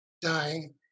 dying